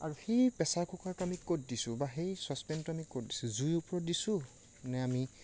আৰু সেই প্ৰেছাৰ কুকাৰটো আমি ক'ত দিছোঁ বা সেই ছচপেনটো আমি ক'ত দিছোঁ জুইৰ ওপৰত দিছোঁ নে আমি